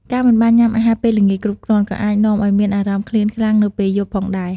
ការមិនបានញ៉ាំអាហារពេលល្ងាចគ្រប់គ្រាន់ ក៏អាចនាំឱ្យមានអារម្មណ៍ឃ្លានខ្លាំងនៅពេលយប់ផងដែរ។